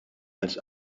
als